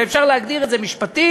ואפשר להגדיר את זה משפטית: